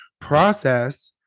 process